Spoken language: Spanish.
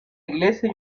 iglesia